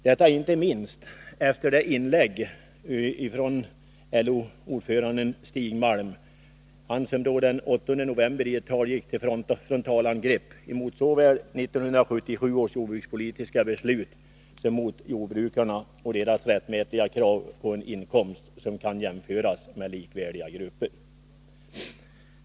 Inte minst LO ordföranden Stig Malms inlägg har bidragit till denna oro. Han gick ju i ett tal den 8 november till frontalangrepp såväl mot 1977 års jordbrukspolitiska beslut som mot jordbrukarna och deras rättmätiga krav på en inkomst som kan jämföras med likvärdiga gruppers.